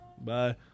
Bye